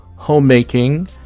homemaking